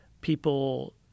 people